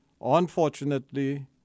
Unfortunately